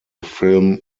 film